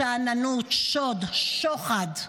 שאננות, שוד, שוחד,